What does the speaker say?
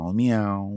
meow